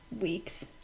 weeks